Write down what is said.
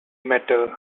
metal